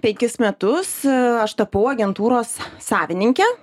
penkis metus aš tapau agentūros savininke